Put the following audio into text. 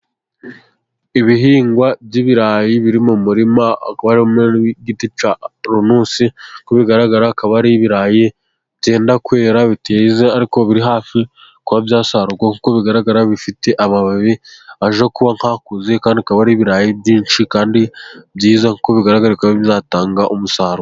Ibihingwa by'ibirayi biri mu murima hakaba harimo n'igiti cya poronusi kuko bigaragara akaba ari ibirayi byenda kwera, biteze ariko biri hafi kuba byasarurwa, kuko bigaragara bifite amababi ajya kuba nk'akuze kandi bikaba ari ibirayi byinshi kandi byiza, kuko bigaragara ko bizatanga umusaruro.